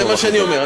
זה מה שאני אומר.